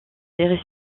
les